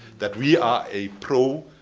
that we are a pro-people,